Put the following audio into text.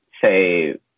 say